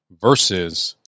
versus